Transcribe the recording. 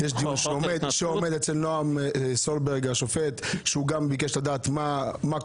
יש דיון שעומד אצל השופט נעם סולברג וגם הוא ביקש לדעת מה קורה.